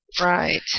Right